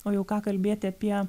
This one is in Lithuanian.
o jau ką kalbėti apie